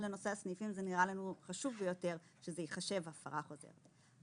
לנושא הסניפים זה נראה לנו חשוב ביותר שזה ייחשב הפרה חוזרת.